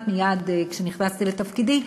במסגרת הוועדה שהקמתי כמעט מייד כשנכנסתי לתפקידי,